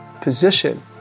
position